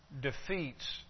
defeats